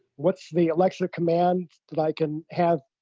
what's the alexa command that i can have